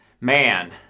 man